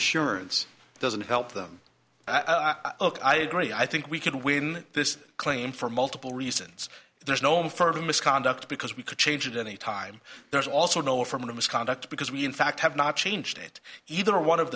assurance doesn't help them i agree i think we can win this claim for multiple reasons there's no no further misconduct because we could change it any time there's also no affirmative misconduct because we in fact have not changed it either one of